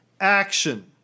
action